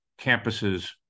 campuses